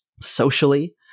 Socially